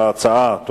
התש"ע 2010,